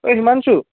ঐ হিমাংশু